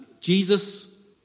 Jesus